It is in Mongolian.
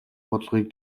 бодлогыг